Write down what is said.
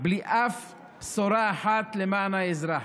בלי אף בשורה אחת למען האזרח.